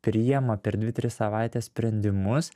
priima per dvi tris savaites sprendimus